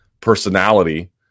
personality